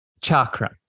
chakra